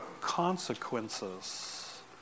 consequences